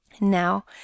Now